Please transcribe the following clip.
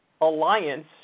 alliance